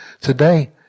today